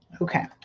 Okay